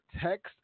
text